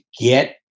get